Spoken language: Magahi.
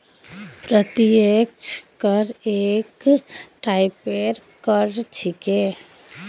प्रत्यक्ष कर एक टाइपेर कर छिके